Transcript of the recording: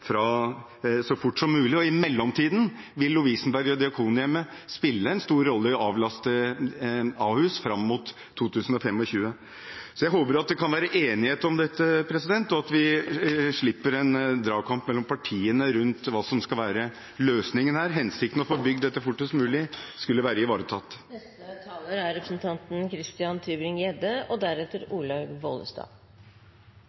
så fort som mulig. I mellomtiden vil Lovisenberg og Diakonhjemmet spille en stor rolle i å avlaste Ahus fram mot 2025. Jeg håper at det kan være enighet om dette, og at vi slipper en dragkamp mellom partiene om hva som skal være løsningen her. Hensikten med å få bygd dette fortest mulig skulle være ivaretatt. La meg aller først takke interpellanten for en utmerket interpellasjon og